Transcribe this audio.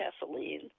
gasoline